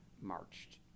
marched